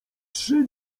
trzy